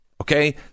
Okay